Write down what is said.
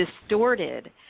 distorted